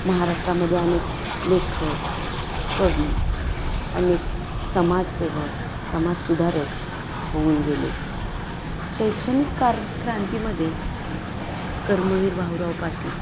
महाराष्ट्रामध्ये अनेक लेखक कवी अनेक समाजसेवक समाजसुधारक होऊन गेले शैक्षणिक कार क्रांतीमध्ये कर्मवीर भाऊराव पाटील